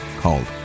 called